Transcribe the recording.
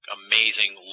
amazing